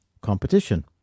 competition